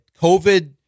COVID